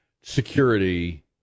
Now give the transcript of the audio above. security